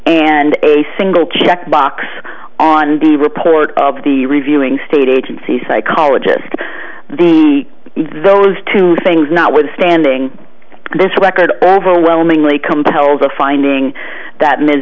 and a single checkbox on the report of the reviewing state agency psychologist the those two things notwithstanding this record overwhelmingly compels a finding that m